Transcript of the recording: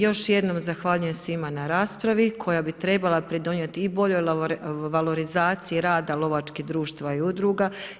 Još jednom zahvaljujem svima na raspravi koja bi trebala pridonijeti i boljoj valorizaciji rada lovačkih društava i udruga.